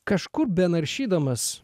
kažkur benaršydamas